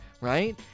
right